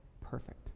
perfect